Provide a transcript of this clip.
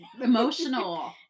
emotional